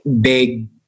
big